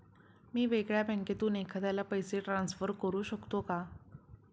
मी वेगळ्या बँकेतून एखाद्याला पैसे ट्रान्सफर करू शकतो का?